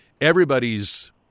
everybody's